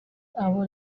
abo